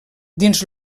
dins